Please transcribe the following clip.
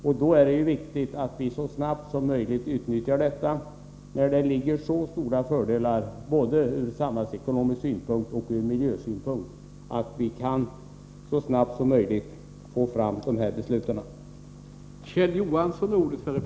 När det medför så stora fördelar, både från samhällsekonomisk synpunkt och från miljösynpunkt, är det ju mycket viktigt att så snabbt som möjligt utnyttja tillfället och få fram besluten.